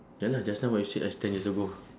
ya lah just now what you said last ten years ago